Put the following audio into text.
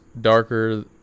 darker